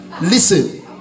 Listen